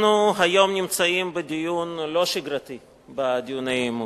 אנחנו היום נמצאים בדיון לא שגרתי בין דיוני האי-אמון: